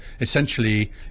essentially